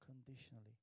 unconditionally